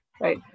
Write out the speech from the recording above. right